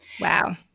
Wow